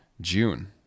June